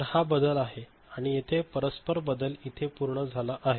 तर हा बदल आहे आणि येथे परस्पर बदल इथे पूर्ण झाला आहे